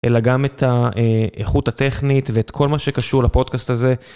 אלא גם את האיכות הטכנית ואת כל מה שקשור לפודקאסט הזה.